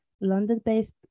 London-based